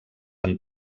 han